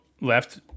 left